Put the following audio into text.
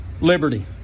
Liberty